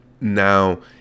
now